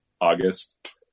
August